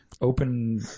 Open